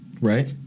Right